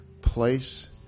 place